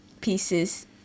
pieces